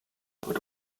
but